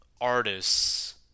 artists